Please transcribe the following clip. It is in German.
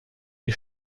die